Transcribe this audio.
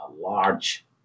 large